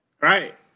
right